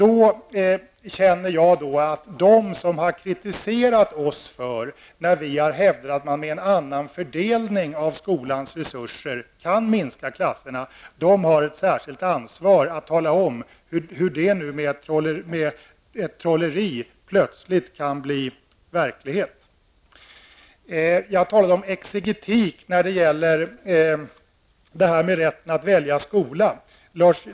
Då känner jag att de som har kritiserat oss när vi har hävdat att man med en annan fördelning av skolans resurser kan minska klasstorlekarna har ett särskilt ansvar att tala om hur det med trolleri plötsligt kan bli verklighet. Jag talade om exegetik när det gäller rätten att välja skola.